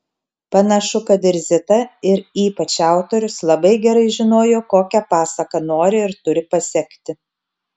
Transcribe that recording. panašu kad ir zita ir ypač autorius labai gerai žinojo kokią pasaką nori ir turi pasekti